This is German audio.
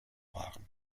waren